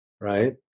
right